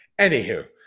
Anywho